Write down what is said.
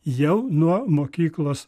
jau nuo mokyklos